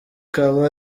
kaba